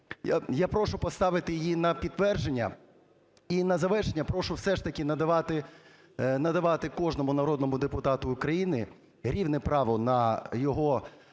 Я прошу поставити її на підтвердження. І на завершення прошу все ж таки надавати, надавати кожному народному депутату України рівне право на його,